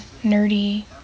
nerdy